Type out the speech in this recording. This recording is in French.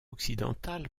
occidentale